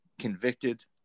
convicted